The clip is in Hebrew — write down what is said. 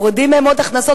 מורידים מהם עוד הכנסות,